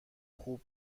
خوب